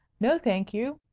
no, thank you,